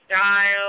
Style